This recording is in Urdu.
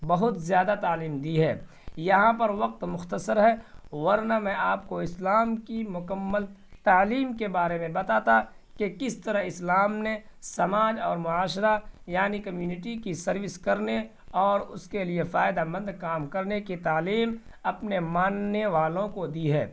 بہت زیادہ تعلیم دی ہے یہاں پر وقت مختصر ہے ورنہ میں آپ کو اسلام کی مکمل تعلیم کے بارے میں بتاتا کہ کس طرح اسلام نے سماج اور معاشرہ یعنی کمیونٹی کی سروس کرنے اور اس کے لیے فائدہ مند کام کرنے کی تعلیم اپنے ماننے والوں کو دی ہے